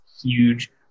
huge